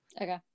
Okay